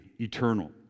eternal